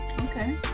Okay